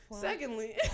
Secondly